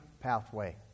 pathway